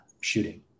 shooting